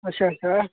अच्छा अच्छा